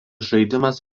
žaidimas